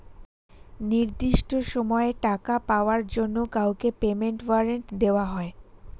নির্দিষ্ট সময়ে টাকা পাওয়ার জন্য কাউকে পেমেন্ট ওয়ারেন্ট দেওয়া হয়